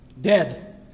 Dead